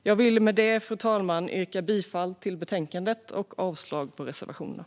Jag vill med detta, fru talman, yrka bifall till förslaget och avslag på reservationerna.